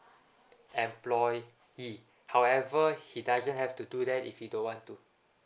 employee however he doesn't have to do that if you don't want to